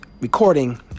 recording